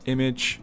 Image